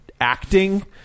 acting